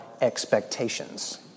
expectations